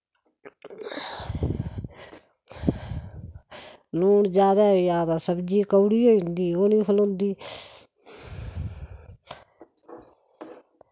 लून जादै होई आ तां सब्जी कौड़ी होई जंदी ओह् निं खलोंदी